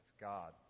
God